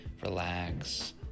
relax